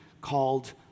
called